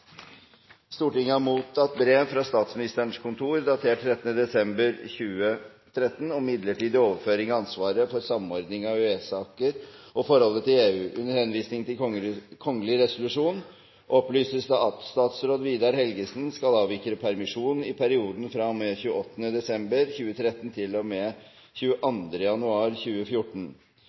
Stortinget har mottatt brev fra Statsministerens kontor datert 13. desember 2013 om midlertidig overføring av ansvaret for samordning av EØS-saker og forholdet til EU. Under henvisning til kongelig resolusjon opplyses det: «Statsråd Vidar Helgesen skal avvikle permisjon i perioden fra og med 28. desember 2013 til og med 22. januar 2014.